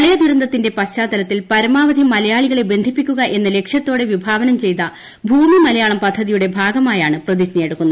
പ്രളയ ദുർണ്ണ്ട്ത്തിന്റെ പശ്ചാത്തലത്തിൽ പരമാവധി മലയാളികളെ ബിസ്സിപ്പിക്കുക എന്ന ലക്ഷ്യത്തോടെ വിഭാവനം ചെയ്ത ഭൂമി മലയാളം പദ്ധതിയുടെ ഭാഗമായാണ് പ്രതിജ്ഞയെടുക്കുന്നത്